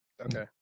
okay